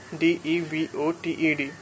devoted